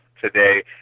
today